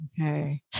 Okay